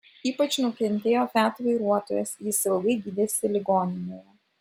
ypač nukentėjo fiat vairuotojas jis ilgai gydėsi ligoninėje